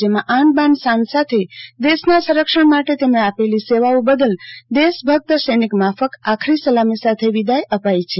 જેમાં આન બાન શાન સાથે દેશના સંરક્ષણ માટે એમણે આપેલી સેવાઓ બદલ દેશભક્ત સૈનિક માફક આખરી સલામી સાથે વિદાય અપાઇ છે